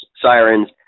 sirens